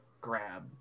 grab